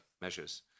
measures